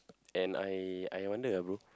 and I I wonder ah bro